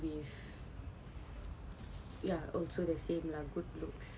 with ya also the same lah good looks